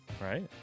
Right